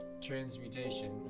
transmutation